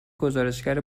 گزارشگر